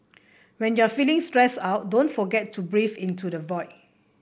when you are feeling stressed out don't forget to breathe into the void